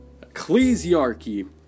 Ecclesiarchy